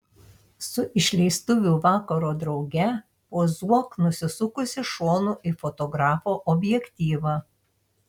su išleistuvių vakaro drauge pozuok nusisukusi šonu į fotografo objektyvą